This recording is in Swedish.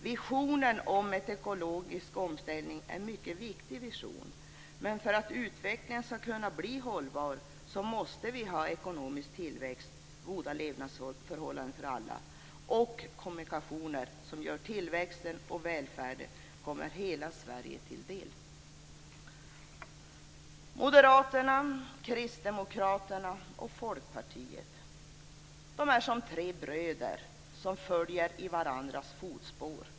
Visionen om ekologisk omställning är en mycket viktig vision, men för att utvecklingen skall kunna bli hållbar måste vi ha ekonomisk tillväxt, goda levnadsförhållanden för alla och kommunikationer som gör att tillväxten och välfärden kommer hela Sverige till del. Moderaterna, Kristdemokraterna och Folkpartiet är som tre bröder som följer i varandras fotspår.